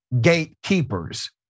gatekeepers